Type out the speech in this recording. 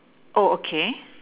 oh okay